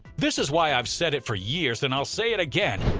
this is why i've said it for years and i'll say it again.